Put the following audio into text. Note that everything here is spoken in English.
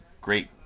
great